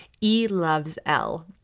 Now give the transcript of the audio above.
E-loves-L